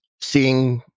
seeing